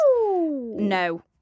no